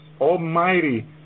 Almighty